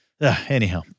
anyhow